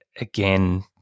again